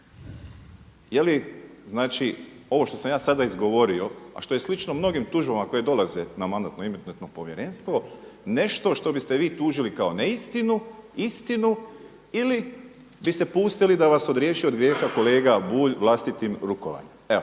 Je li znači ovo što sam ja sada izgovorio a što je slično mnogim tužbama koje dolaze na Mandatno-imunitetno povjerenstvo nešto što biste vi tužiti kao neistinu, istinu ili biste pustili da vas odriješi od grijeha kolega Bulj vlastitim rukovanjem. Evo,